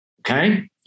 Okay